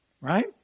right